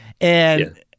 and-